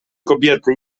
kobiety